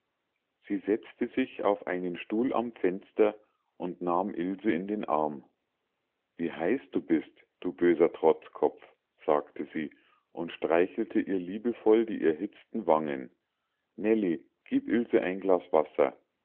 sie setzte sich auf einen stuhl am fenster und nahm ilse in den arm wie heiß du bist du böser trotzkopf sagte sie und streichelte ihr liebevoll die erhitzten wangen nellie gieb ilse ein glas wasser